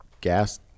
gas